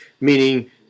meaning